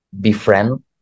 befriend